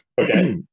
Okay